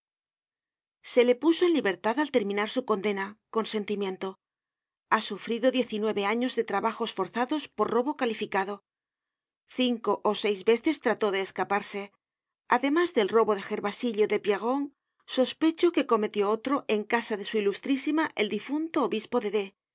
puso en libertad al terminar su condena con sentimiento ha sufrido diez y nueve años de trabajos forzados por robo calificado cinco ó seis veces trató de escaparse además del robo de gervasillo y de pierron sospecho que cometió otro en casa de su ilustrísima el difunto obispo de